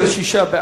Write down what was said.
התש"ע 2009, נתקבל.